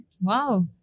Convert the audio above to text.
Wow